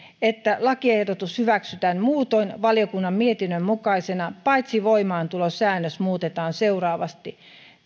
että lakiehdotus hyväksytään muutoin valiokunnan mietinnön mukaisena paitsi voimaantulosäännös muutetaan seuraavasti